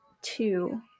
Two